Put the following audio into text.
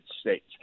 States